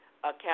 Account